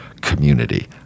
community